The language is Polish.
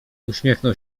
uśmiechnął